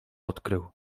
odkrył